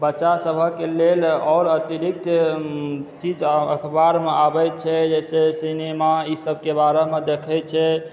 बच्चासभहक लेल आओर अतिरिक्त चीज अखबारमे आबै छै जैसे सिनेमा ई सबके बारेमे देखै छै